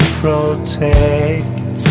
protect